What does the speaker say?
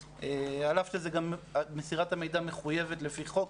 על אף שמסירת המידע מחויבת על פי חוק,